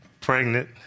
pregnant